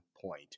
point